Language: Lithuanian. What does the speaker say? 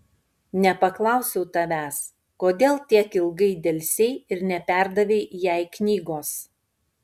nepaklausiau tavęs kodėl tiek ilgai delsei ir neperdavei jai knygos